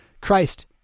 Christ